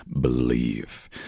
believe